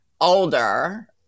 older